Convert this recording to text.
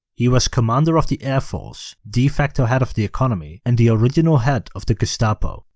he was commander of the air force, de-facto head of the economy and the original head of the gestapo.